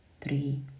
three